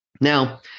Now